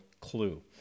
clue